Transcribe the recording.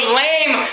lame